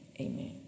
Amen